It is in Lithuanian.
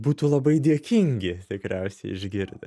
būtų labai dėkingi tikriausiai išgirdę